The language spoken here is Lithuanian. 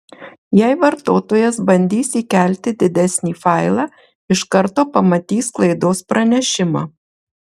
jei vartotojas bandys įkelti didesnį failą iš karto pamatys klaidos pranešimą